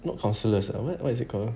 not counsellors lah what what is it calling